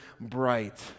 bright